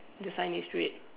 the sign is red